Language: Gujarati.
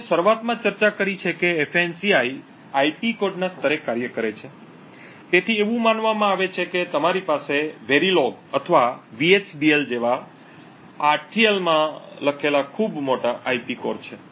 આપણે શરૂઆતમાં ચર્ચા કરી છે કે ફાન્સી આઈપી કોડ સ્તરે કાર્ય કરે છે તેથી એવું માનવામાં આવે છે કે તમારી પાસે વેરીલોગ અથવા VHDL જેવા RTL માં લખેલું ખૂબ મોટું આઈપી કોર છે